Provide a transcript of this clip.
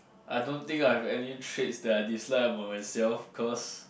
I don't think I have any traits that I dislike about myself cause